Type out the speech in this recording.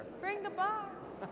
bring the box.